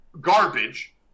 garbage